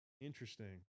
interesting